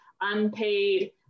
unpaid